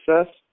success